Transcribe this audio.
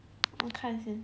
我看先